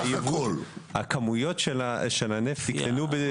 הכמויות של הנפט יגדלו.